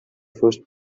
first